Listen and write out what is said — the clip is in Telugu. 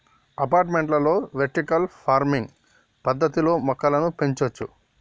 అపార్టుమెంట్లలో వెర్టికల్ ఫార్మింగ్ పద్దతిలో మొక్కలను పెంచొచ్చు